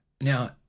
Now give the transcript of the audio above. Now